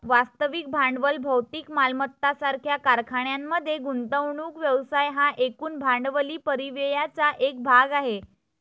वास्तविक भांडवल भौतिक मालमत्ता सारख्या कारखान्यांमध्ये गुंतवणूक व्यवसाय हा एकूण भांडवली परिव्ययाचा एक भाग आहे